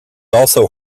also